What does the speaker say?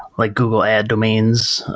like google ad domains,